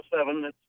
seven